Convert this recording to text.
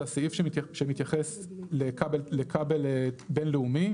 זה הסעיף שמתייחס לכבל בינלאומי,